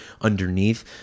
underneath